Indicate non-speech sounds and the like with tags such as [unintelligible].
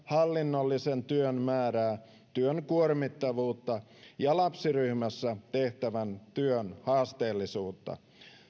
[unintelligible] hallinnollisen työn määrää työn kuormittavuutta ja lapsiryhmässä tehtävän työn haasteellisuutta